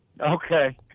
Okay